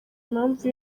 impamvu